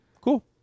cool